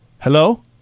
Hello